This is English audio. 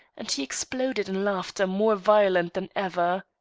and he exploded in laughter more violent than ever.